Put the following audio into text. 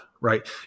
right